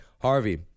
harvey